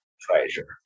treasure